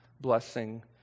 blessing